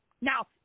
Now